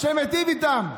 שמיטיב איתן.